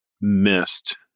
missed